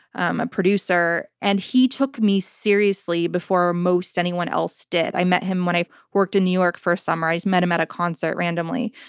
a producer, and he took me seriously before most anyone else did. i met him when i worked in new york for a summer. i met him at a concert randomly.